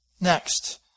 Next